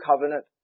covenant